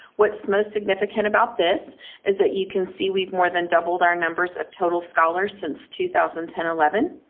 what's most significant about this is that you can see we've more than doubled our numbers of total scholars since two thousand and ten eleven.